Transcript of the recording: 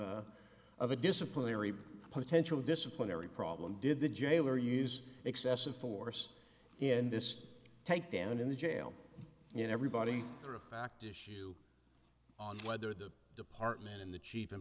the of a disciplinary potential disciplinary problem did the jailer use excessive force in this takedown in the jail in everybody or a fact issue on whether the department and the chief in